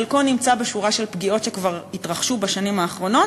חלקה נמצא בשורה של פגיעות שכבר התרחשו בשנים האחרונות